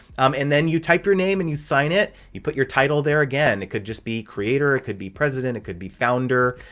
um and then you type your name and you sign it you put your title there. again, it could just be creator. it could be president. it could be founder.